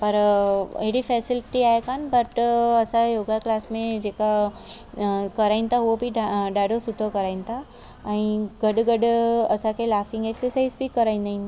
पर अहिड़ी फैसेलिटी आहे कोनि बट असांजे योगा क्लास में जेका कराइनि था उहो बि ॾाढो सुठो कराइनि था ऐं गॾु गॾु असांखे लाफिंग एक्सरसाइज़ बि कराईंदा आहिनि